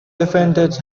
defendant